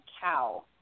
cow